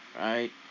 Right